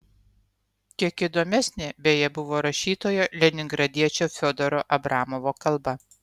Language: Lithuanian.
kiek įdomesnė beje buvo rašytojo leningradiečio fiodoro abramovo kalba